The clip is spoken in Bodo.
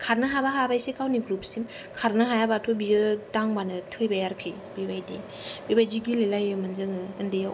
खारनो हाबा हाबायसै गावनि ग्रुपसिम खारनो हायाब्लाथ' बियो दांबानो थैबाय आरोखि बिबायदि बिबायदि गेलेलायोमोन जोङो उन्दैयाव